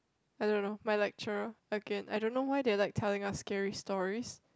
I don't know my lecturer again I don't know why they are like telling us scary stories